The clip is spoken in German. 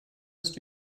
ist